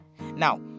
Now